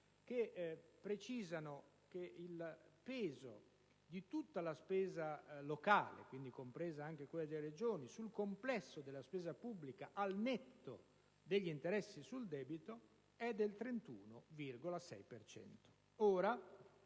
che precisano che il peso di tutta la spesa locale (quindi, compresa anche quella delle Regioni) sul complesso della spesa pubblica, al netto degli interessi sul debito, è del 31,6